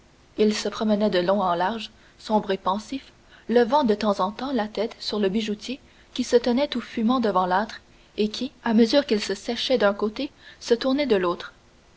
il se promenait de long en large sombre et pensif levant de temps en temps la tête sur le bijoutier qui se tenait tout fumant devant l'âtre et qui à mesure qu'il se séchait d'un côté se tournait de l'autre